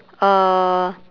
uh